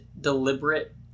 deliberate